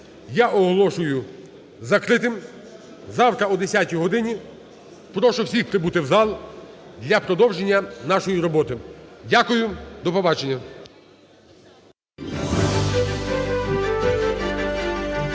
я оголошую закритим. Завтра о 10 годині прошу всіх прибути в зал для продовження нашої роботи. Дякую. До побачення.